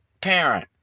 parent